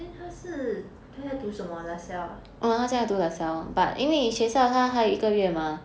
then 她是她在读什么 La Salle ah